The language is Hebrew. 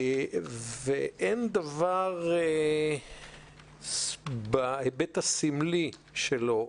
אין דבר בהיבט הסמלי שלו,